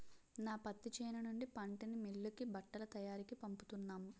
నా పత్తి చేను నుండి పంటని మిల్లుకి బట్టల తయారికీ పంపుతున్నాం